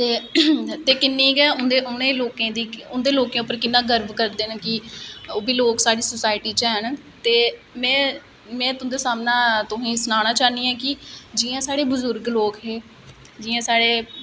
सारें कोला पैहले जेहड़ी मेन तंगी होंदी ही पैहलें पैसे दी ठीक ऐ जियां कि असें गी कोई चीज चाहदी होवे ते साढ़े कोल ओह् चीज नेई होवे ते साढ़े कोल पैसे बी नेई होन फिर एह् है कि एह् सू तू बड़ी तंगी ऐ हर इक आर्ट्रिस्ट दी के